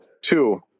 Two